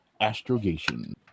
Astrogation